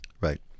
right